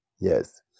yes